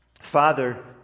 Father